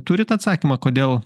turit atsakymą kodėl